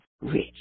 rich